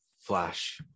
flash